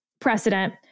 precedent